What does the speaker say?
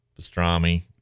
pastrami